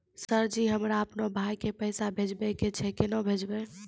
Sir ji हमरा अपनो भाई के पैसा भेजबे के छै, केना भेजबे?